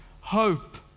hope